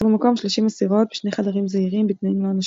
הם מצאו במקום 30 אסירות בשני חדרים זעירים בתנאים לא אנושיים.